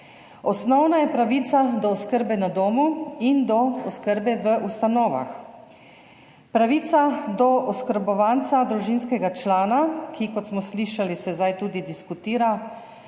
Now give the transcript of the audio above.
Osnovna je pravica do oskrbe na domu in do oskrbe v ustanovah, pravica do oskrbovanca, družinskega člana, ki kot smo slišali, se zdaj tudi diskutira,